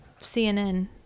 CNN